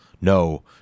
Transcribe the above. No